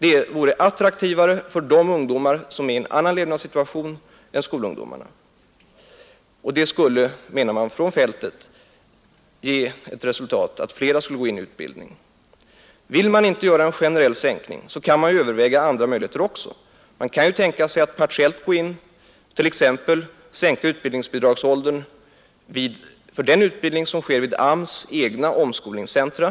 Det vore mera attraktivt för de ungdomar som är i en annan levnadssituation än skolungdomarna, Det skulle, menar man ute på fältet, ge till resultat att flera ungdomar skulle gå in i utbildningen. Om man inte vill företa en generell sänkning kan man överväga and möjligheter. Man kan tänka sig att partiellt sänka utbildningsbidragsåldern för den utbildning som sker vid arbetsmarknadsstyrelsens egna omskolningscentra.